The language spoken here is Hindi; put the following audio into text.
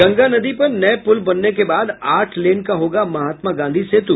गंगा नदी पर नये पुल बनने के बाद आठ लेन का होगा महात्मा गांधी सेतु